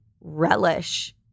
relish